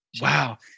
Wow